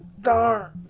Darn